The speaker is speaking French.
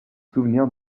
souvenir